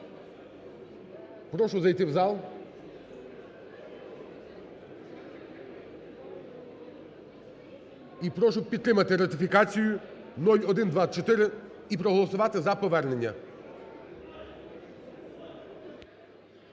прошу зайти в зал. І прошу підтримати ратифікацію 0124 і проголосувати за повернення.